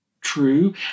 true